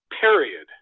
Period